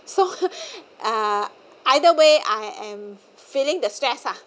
so uh either way I am feeling the stress ah